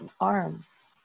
arms